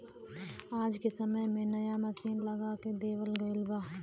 आज के समय में नया मसीन लगा देवल गयल बा